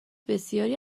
بسیاری